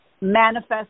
manifest